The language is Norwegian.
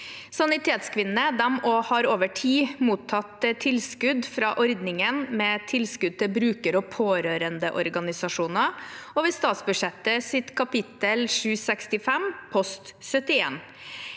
Sanitetskvinnene har over tid mottatt tilskudd fra ordningen med tilskudd til bruker- og pårørendeorganisasjoner over statsbudsjettets kapittel 765, post 71.